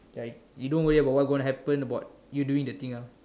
ya you don't worry about what going to happen about you going to do the thing ah